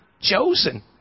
chosen